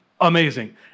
Amazing